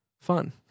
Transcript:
fun